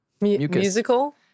Musical